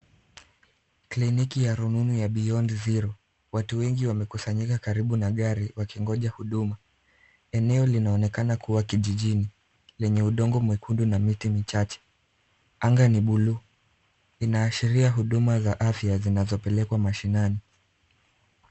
Kliniki ya rununu ya beyond zero , watu wengi wamekusanyika karibu na gari wakingoja huduma. Eneo linaonekana kuwa kijijini lenye udongo mekundu na miti michache. Anga ni buluu linaashiria huduma za afya zinazopelekwa mashinani.